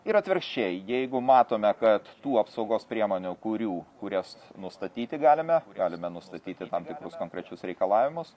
ir atvirkščiai jeigu matome kad tų apsaugos priemonių kurių kurias nustatyti galime galime nustatyti tam tikrus konkrečius reikalavimus